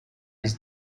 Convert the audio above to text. his